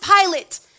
Pilate